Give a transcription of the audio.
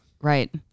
Right